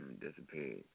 Disappeared